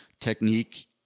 technique